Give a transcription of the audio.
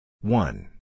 One